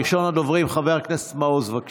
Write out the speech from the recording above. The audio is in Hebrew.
ראשון הדוברים, חבר הכנסת מעוז, בבקשה.